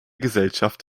gesellschaft